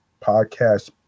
podcast